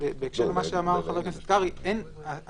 בהקשר למה שאמר חבר הכנסת קרעי סט